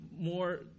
more